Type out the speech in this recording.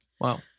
Wow